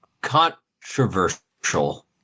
controversial